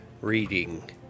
reading